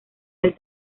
del